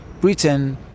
Britain